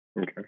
Okay